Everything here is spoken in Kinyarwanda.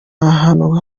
ahantu